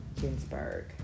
ginsburg